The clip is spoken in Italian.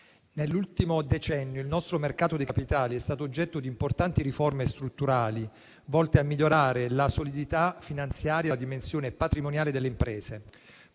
Nell'ultimo decennio, il nostro mercato dei capitali è stato oggetto di importanti riforme strutturali, volte a migliorare la solidità finanziaria e la dimensione patrimoniale delle imprese.